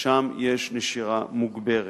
ששם יש נשירה מוגברת.